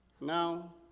Now